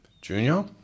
Junior